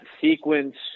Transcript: sequence